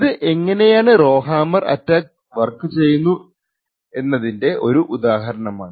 ഇത് എങ്ങനെയാണ് rowhammer attack work ചെയ്യുന്നു എന്നതിന്റെ ഒരു ഉദാഹരണമാണ്